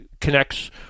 connects